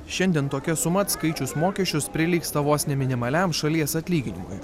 šiandien tokia suma atskaičius mokesčius prilygsta vos ne minimaliam šalies atlyginimui